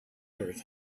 earth